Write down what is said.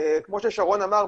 כמו ששרון אמר,